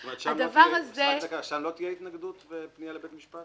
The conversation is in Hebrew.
זאת אומרת, שם לא תהיה התנגדות לפנייה לבית משפט,